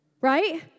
right